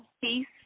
Peace